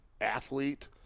athlete